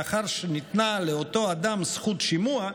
ולאחר שניתנה לאותו אדם זכות שימוע,